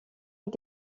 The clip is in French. est